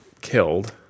killed